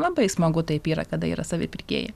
labai smagu taip yra kada yra savi pirkėjai